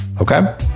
Okay